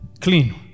clean